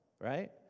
right